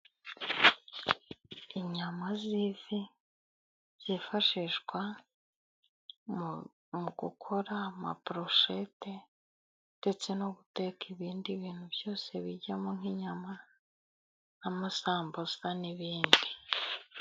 Inyama z'ifi zifashishwa mu gukora amaboroshete, ndetse no guteka ibindi bintu byose bijyamo nk'inyama, amasambusa n'ibindi.